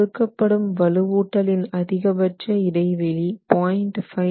கொடுக்கப்படும் வலுவூட்டல் இன் அதிகபட்ச இடைவெளி 0